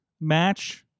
match